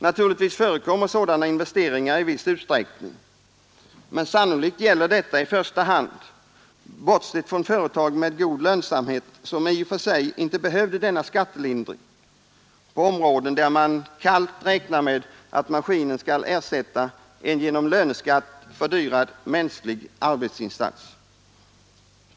Naturligtvis förekommer sådana investeringar i viss utsträckning, men sannolikt gäller detta i första hand — bortsett från företag med god lönsamhet, som i och för sig inte behövde denna skattelindring — på områden där man kallt räknar med att maskinen skall ersätta en genom löneskatt fördyrad mänsklig arbetsinsats.